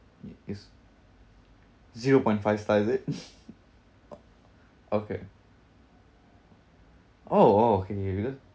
is zero point five star is it okay oh oh okay because